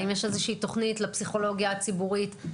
האם יש איזושהי תוכנית לפסיכולוגיה הציבורית?